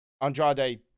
Andrade